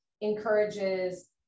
encourages